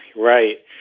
right.